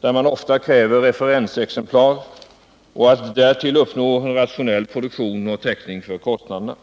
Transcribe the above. där referensexemplar ofta krävs och därtill uppnå rationell produktion och täckning för kostnaderna.